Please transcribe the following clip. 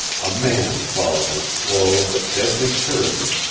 a man followed with slow but deadly surety,